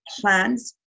plans